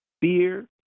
Fear